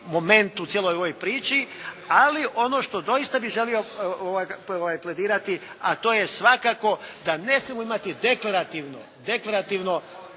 moment u cijeloj ovoj priči. Ali ono što doista bih želio pledirati a to je svakako da ne smijemo imati deklarativno stav o